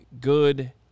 good